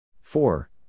four